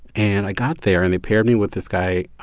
and i got there, and they paired me with this guy,